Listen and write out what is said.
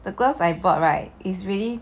the gloves I bought right is really